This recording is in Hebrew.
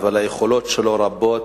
אבל היכולות שלו רבות,